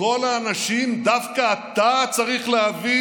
מכל האנשים דווקא אתה צריך להביא